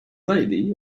lady